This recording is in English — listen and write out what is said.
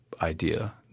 idea